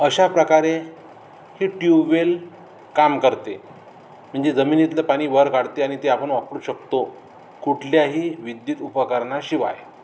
अशा प्रकारे ही ट्यूबवेल काम करते म्हणजे जमिनीतलं पाणी वर काढते आणि ते आपण वापरू शकतो कुठल्याही विद्युत उपकरणाशिवाय